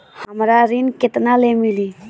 हमरा ऋण केतना ले मिली?